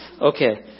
Okay